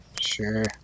sure